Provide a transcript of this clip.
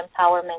empowerment